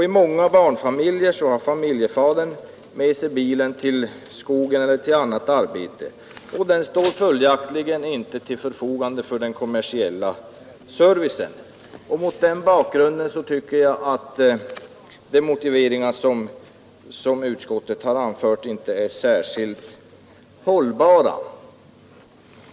I många barnfamiljer har familjefadern med sig bilen till skogen eller till annat arbete, och den står följaktligen inte till förfogande för den kommersiella servicen. Mot den bakgrunden tycker jag att de motiveringar som utskottet har anfört inte är särskilt hållbara.